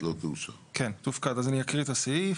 אני אקריא את הסעיף.